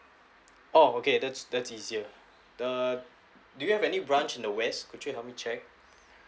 oh okay that's that's easier err do you have any branch in the west could you help me check